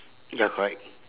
ya correct